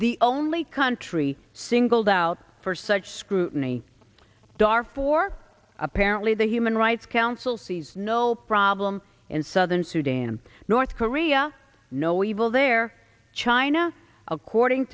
the only country singled out for such scrutiny dar for apparently the human rights council sees no problem in southern sudan north korea no evil there china according